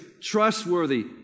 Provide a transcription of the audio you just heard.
trustworthy